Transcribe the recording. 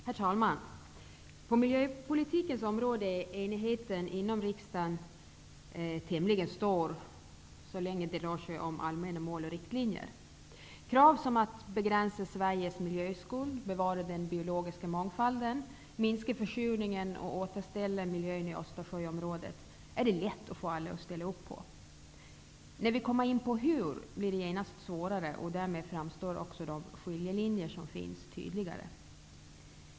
Herr talman! På miljöpolitikens område är enigheten inom riksdagen tämligen stor så länge det rör sig om allmänna mål och riktlinjer. Krav som att begränsa Sveriges miljöskuld, bevara den biologiska mångfalden, minska försurningen eller återställa miljön i Östersjöområdet är det lätt att få alla att ställa upp på. När vi kommer in på hur blir det genast svårare, och därmed framstår också de skiljelinjer som finns tydligare.